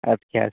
اَدٕ کیٛاہ اَدٕ